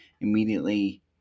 immediately